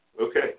Okay